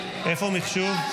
אושרה בקריאה הראשונה ותעבור לדיון